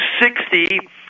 sixty